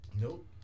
Nope